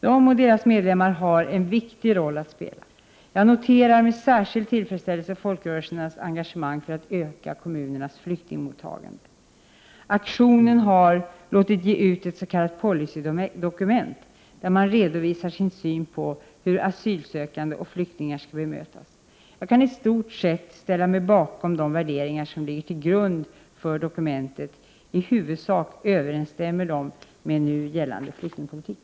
De och deras medlemmar har en viktig roll att spela. Jag noterar med särskild tillfredsställelse folkrörelsernas engagemang för att öka kommunernas flyktingmottagande. Aktionen har låtit ge ut ett s.k. policydokument, där man redovisar sin syn på hur asylsökande och flyktingar skall bemötas. Jag kan i stort sett ställa mig bakom de värderingar som ligger till grund för dokumentet. I huvudsak överensstämmer de med nu gällande flyktingpolitik.